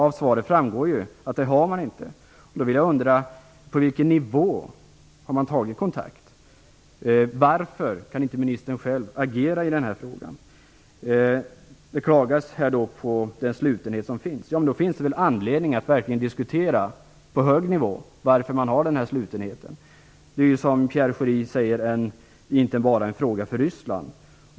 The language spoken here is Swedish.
Av svaret framgår att man inte har det. Då undrar jag på vilken nivå man har tagit kontakt. Varför kan inte ministern själv agera i den här frågan? Det klagas på den slutenhet som finns. Men då finns det väl anledning att verkligen diskutera på hög nivå varför man har den här slutenheten. Det är, som Pierre Schori säger, inte bara en fråga för Ryssland.